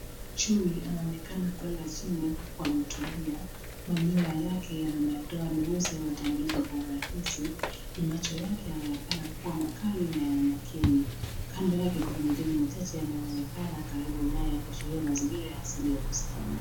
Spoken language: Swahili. Chui anaonekana kulala chini huku ametulia. Manyoya yake yana madoa meusi yanayotambulika kwa urahisi na macho yake yanaonekana kuwa makali na ya makini. Kando yake kuna majani machache yanayoonekana karibu naye kuashiria mazingira ya asili ya bustani.